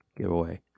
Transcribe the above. giveaway